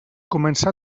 començar